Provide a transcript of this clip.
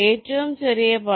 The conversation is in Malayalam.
ഏറ്റവും ചെറിയ പാത